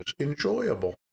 enjoyable